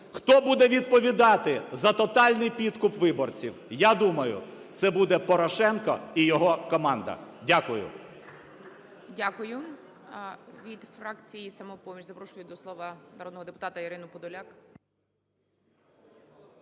хто буде відповідати за тотальний підкуп виборців? Я думаю, це буде Порошенко і його команда. Дякую. ГОЛОВУЮЧИЙ. Від фракції "Самопоміч" запрошую до слова народного депутата Ірину Подоляк.